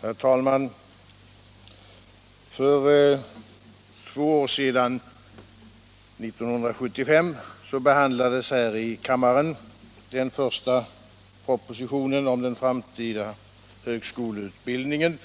Herr talman! För två år sedan — 1975 — behandlades här i kammaren den första propositionen om den framtida högskoleutbildningen,